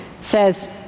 says